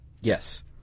Yes